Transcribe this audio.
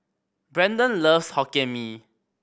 Brendon loves Hokkien Mee